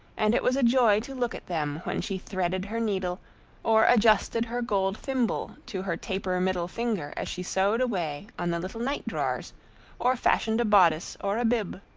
and it was a joy to look at them when she threaded her needle or adjusted her gold thimble to her taper middle finger as she sewed away on the little night-drawers or fashioned a bodice or a bib.